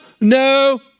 no